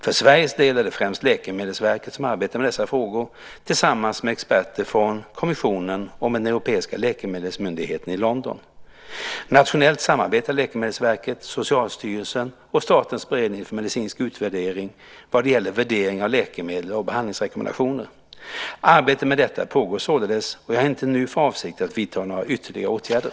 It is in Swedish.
För Sveriges del är det främst Läkemedelsverket som arbetar med dessa frågor tillsammans med experter från kommissionen och med den europeiska läkemedelsmyndigheten i London. Nationellt samarbetar Läkemedelsverket, Socialstyrelsen och Statens beredning för medicinsk utvärdering vad gäller värdering av läkemedel och behandlingsrekommendationer. Arbetet med detta pågår således, och jag har inte nu för avsikt att vidta några ytterligare åtgärder.